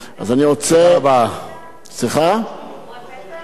ביקורי פתע?